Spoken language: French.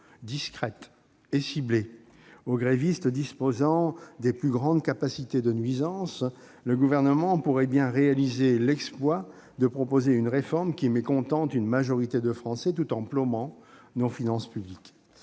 discrètes et ciblées aux grévistes disposant des plus grandes capacités de nuisance, le Gouvernement pourrait bien réaliser l'exploit de proposer une réforme qui mécontente une majorité de Français, tout en plombant nos finances publiques.